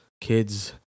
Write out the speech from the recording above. kids